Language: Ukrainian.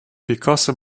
пікассо